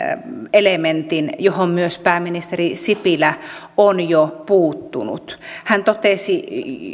elementin johon myös pääministeri sipilä on jo puuttunut hän totesi